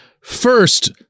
first